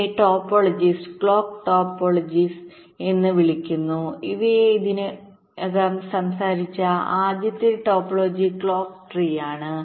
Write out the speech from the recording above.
ഇവയെ topologies clock topologies topologies the clock topologiesഎന്ന് വിളിക്കുന്നു ഞങ്ങൾ ഇതിനെക്കുറിച്ച് ഇതിനകം സംസാരിച്ച ആദ്യത്തെ ടോപ്പോളജി ക്ലോക്ക് ട്രീയാണ്